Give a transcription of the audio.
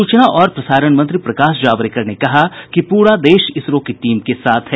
सूचना और प्रसारण मंत्री प्रकाश जावड़ेकर ने कहा कि पूरा देश इसरो की टीम के साथ है